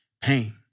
pain